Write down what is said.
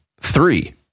three